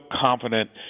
confident